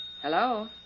Hello